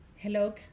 hello